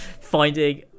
finding